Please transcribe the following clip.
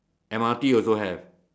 M_R_T also have